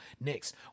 next